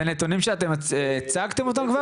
זה נתונים שאתם הצגתם כבר,